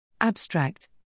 Abstract